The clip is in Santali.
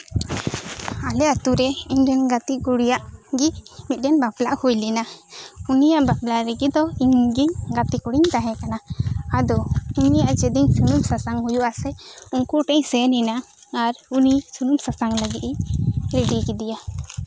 ᱟᱞᱮ ᱟᱛᱳ ᱤᱧᱨᱮᱱ ᱜᱟᱛᱮ ᱠᱩᱲᱤᱭᱟᱜ ᱢᱤᱫ ᱴᱮᱱ ᱵᱟᱯᱞᱟ ᱦᱳᱭ ᱞᱮᱱᱟ ᱩᱱᱤᱭᱟᱜ ᱵᱟᱯᱞᱟ ᱨᱮᱜᱮ ᱫᱚ ᱤᱧ ᱜᱮ ᱜᱟᱛᱮ ᱠᱩᱲᱤᱧ ᱛᱟᱦᱮᱸ ᱠᱟᱱᱟ ᱤᱧ ᱜᱮ ᱟᱫᱚ ᱡᱮ ᱫᱤᱱ ᱥᱩᱱᱩᱢ ᱥᱟᱥᱟᱝ ᱦᱩᱭᱩᱜ ᱟᱥᱮ ᱩᱱᱠᱩ ᱴᱷᱮᱱᱤᱧ ᱥᱮᱱ ᱮᱱᱟ ᱟᱨ ᱩᱱᱤ ᱥᱩᱱᱩᱢ ᱥᱟᱥᱟᱝ ᱞᱟᱹᱜᱤᱫ ᱤᱧ ᱨᱮᱰᱤ ᱠᱮᱫᱮᱭᱟ